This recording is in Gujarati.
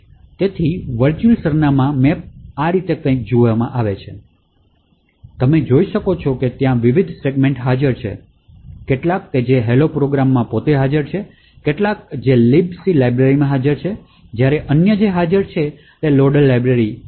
તેથી વર્ચુઅલ સરનામાં મૅપ આ રીતે કંઈક જુએ છે જેથી તમે જોઈ શકો છો કે ત્યાં વિવિધ સેગમેન્ટ્સ હાજર છે કેટલાક જે હેલો પ્રોગ્રામમાં પોતે હાજર છે કેટલાક જે libc લાઇબ્રેરીમાં હાજર છે જ્યારે અન્ય હાજર છે લોડર લાઇબ્રેરી